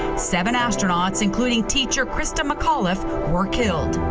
seven astronauts including teacher krista mccauliffe, were killed.